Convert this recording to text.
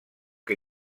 que